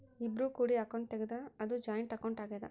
ಇಬ್ರು ಕೂಡಿ ಅಕೌಂಟ್ ತೆಗುದ್ರ ಅದು ಜಾಯಿಂಟ್ ಅಕೌಂಟ್ ಆಗ್ಯಾದ